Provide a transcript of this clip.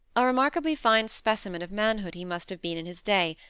a remarkably fine specimen of manhood he must have been in his day,